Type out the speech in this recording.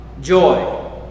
joy